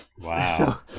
Wow